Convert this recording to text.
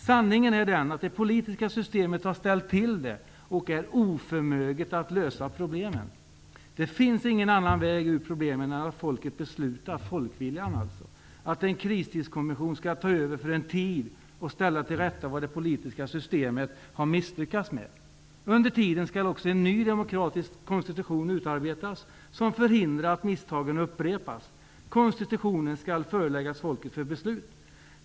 Sanningen är den att det politiska systemet har ställt till det och är oförmöget att lösa problemen. Det finns ingen annan väg ur problemen än att folket, folkviljan alltså, beslutar att en kristidskommission skall ta över för en tid och ställa till rätta vad det politiska systemet har misslyckats med. Under tiden skall en ny demokratisk konstitution utarbetas som förhindrar att misstagen upprepas. Konstitutionen skall föreläggas folket för beslut.